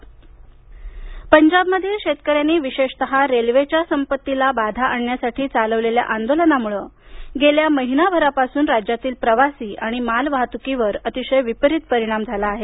पजाब पंजाबमधील शेतकऱ्यांनी विशेषतः रेल्वेच्या संपत्तीला बाधा आणण्यासाठी चालवलेल्या आंदोलनामुळे गेल्या महिनाभरापासून राज्यातील प्रवासी आणि माल वाहतुकीवर अतिशय विपरित परिणाम झाला आहे